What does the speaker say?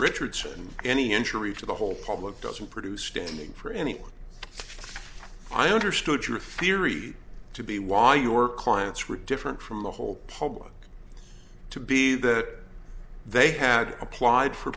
richardson any injury to the whole public doesn't produce standing for any i understood your theory to be why your clients were different from the whole public to be that they had applied for